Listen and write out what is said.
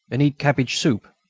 and eat cabbage soup,